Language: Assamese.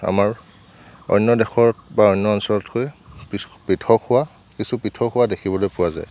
আমাৰ অন্য দেশৰ বা অঞ্চলতকৈ কিছু পৃথক হোৱা কিছু পৃথক হোৱা দেখিবলৈ পোৱা যায়